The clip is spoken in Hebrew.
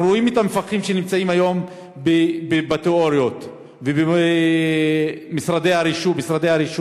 אנחנו רואים את המפקחים שנמצאים היום בתיאוריות ובמשרדי הרישוי.